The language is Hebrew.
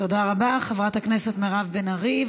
תודה רבה, חברת הכנסת מירב בן ארי.